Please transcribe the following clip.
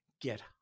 get